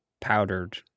powdered